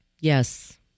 Yes